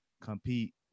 compete